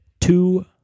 two